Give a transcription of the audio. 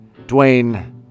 Dwayne